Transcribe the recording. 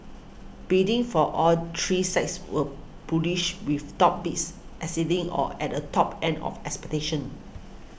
bidding for all three sites were bullish with top bids exceeding or at the top end of expectations